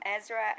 Ezra